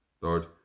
Lord